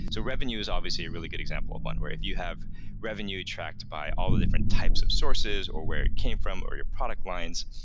so revenue is obviously a really good example of one where if you have revenue tracked by all the different types of sources or where it came from or your product lines,